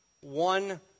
one